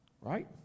Right